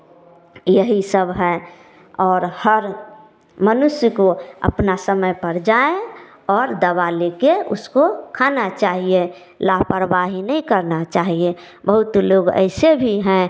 यही सब है और हर मनुष्य को अपना समय पर जाएँ और दवा लेकर उसको खाना चाहिए लापरवाही नहीं करना चाहिए बहुत लोग ऐसे भी हैं